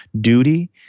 duty